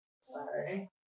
sorry